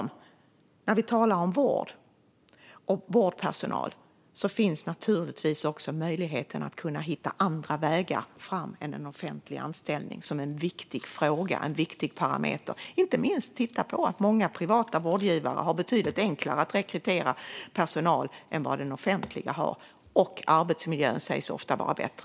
När vi talar om vård och vårdpersonal finns det naturligtvis möjligheter att hitta andra vägar fram än en offentlig anställning. Det är en viktig fråga och en viktig parameter. Inte minst kan man titta på att många privata vårdgivare har betydligt enklare att rekrytera personal än offentliga vårdgivare. Arbetsmiljön sägs också ofta vara bättre.